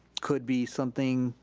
could be something,